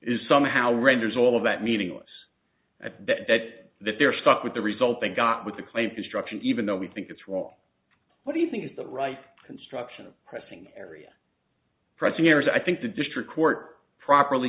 is somehow renders all of that meaningless at that that that they're stuck with the result they got with the claim construction even though we think it's wrong what do you think is the right construction pressing area press here is i think the district court properly